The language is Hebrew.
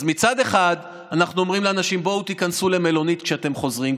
אז מצד אחד אנחנו אומרים לאנשים: תיכנסו למלונית כשאתם חוזרים,